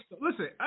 listen